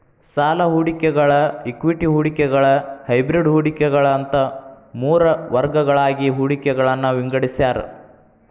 ಸಾಲ ಹೂಡಿಕೆಗಳ ಇಕ್ವಿಟಿ ಹೂಡಿಕೆಗಳ ಹೈಬ್ರಿಡ್ ಹೂಡಿಕೆಗಳ ಅಂತ ಮೂರ್ ವರ್ಗಗಳಾಗಿ ಹೂಡಿಕೆಗಳನ್ನ ವಿಂಗಡಿಸ್ಯಾರ